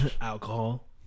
Alcohol